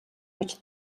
гэж